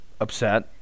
upset